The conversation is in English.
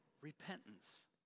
Repentance